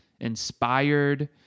inspired